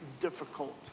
difficult